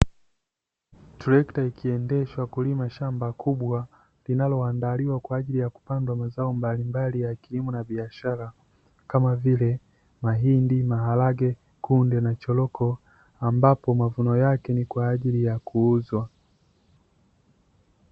Trekta ikiendeshwa kulima shamba kubwa linaloandaliwa kwa ajili ya kupandwa mazao mbalimbali ya kilimo na biashara kama vile mahindi, maharage, kunde na choroko ambapo mavuno yake ni kwa ajili ya kuuzwa.